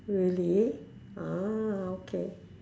really ah okay